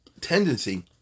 tendency